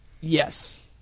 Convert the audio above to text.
Yes